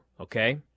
okay